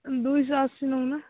ଦୁଇଶହ ଅଶୀ ନଉନ